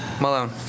Malone